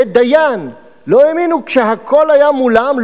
ודיין לא האמינו כשהכול היה מולם,